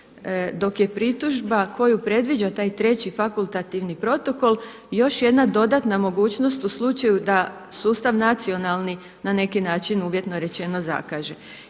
dok je pritužba koju predviđa taj treći fakultativni protokol još jedna dodatna mogućnost u slučaju da sustav nacionali na neki način uvjetno rečeno zakaže.